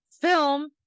film